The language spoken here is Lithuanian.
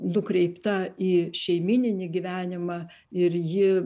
nukreipta į šeimyninį gyvenimą ir ji